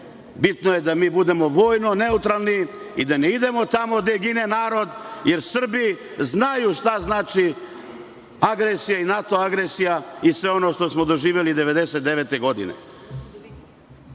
bitno je da mi budemo vojno neutralni i da ne idemo tamo gde gine narod, jer Srbi znaju šta znači, agresija i NATO agresija i sve ono što smo doživeli 1999. godine. Moram